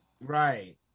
Right